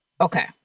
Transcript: Okay